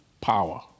power